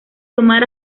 tomar